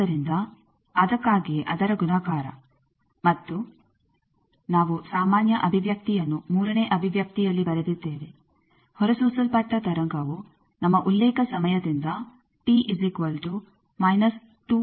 ಆದ್ದರಿಂದ ಅದಕ್ಕಾಗಿಯೇ ಅದರ ಗುಣಾಕಾರ ಮತ್ತು ನಾವು ಸಾಮಾನ್ಯ ಅಭಿವ್ಯಕ್ತಿಯನ್ನು ಮೂರನೇ ಅಭಿವ್ಯಕ್ತಿಯಲ್ಲಿ ಬರೆದಿದ್ದೇವೆ ಹೊರಸೂಸಲ್ಪಟ್ಟ ತರಂಗವು ನಮ್ಮ ಉಲ್ಲೇಖ ಸಮಯದಿಂದ ಅನ್ನು ಹಿಂದಕ್ಕೆ ಹೊರಸೂಸುತ್ತದೆ